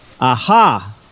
Aha